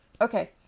Okay